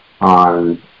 on